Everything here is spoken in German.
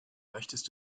möchtest